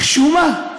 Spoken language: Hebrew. חשומה?